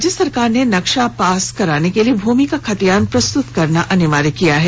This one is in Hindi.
राज्य सरकार ने नक्शा पास कराने के लिए भूमि का खतियान प्रस्तुत करना अनिवार्य किया है